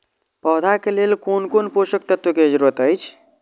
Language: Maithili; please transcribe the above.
पौधा के लेल कोन कोन पोषक तत्व के जरूरत अइछ?